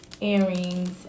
earrings